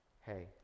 hey